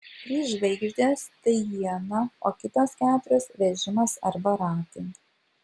trys žvaigždės tai iena o kitos keturios vežimas arba ratai